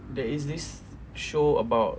there is this show about